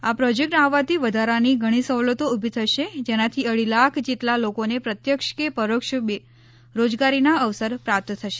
આ પ્રોજેક્ટ આવવાથી વધારાની ઘણી સવલતો ઉભી થશે જેનાથી અઢી લાખ જેટલા લોકોને પ્રત્યક્ષ કે પરોક્ષ રોજગારીના અવસર પ્રાપ્ત થશે